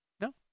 no